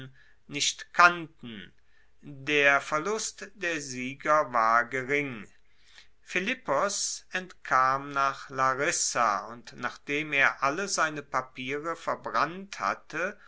nicht kannten der verlust der sieger war gering philippos entkam nach larissa und nachdem er alle seine papiere verbrannt hatte